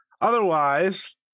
otherwise